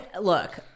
look